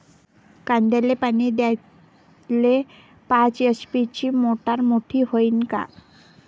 कांद्याले पानी द्याले पाच एच.पी ची मोटार मोटी व्हईन का?